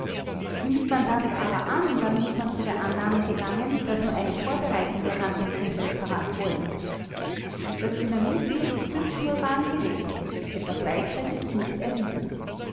nimmt man das aber an dann muß man zu der annahme gelangen daß nur eine vorbeireitende handlung zum hochverrat vorliegt das dynamit und die zündschnur waren gelegt etwas weiteres ist nicht erwiesen